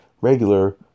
regular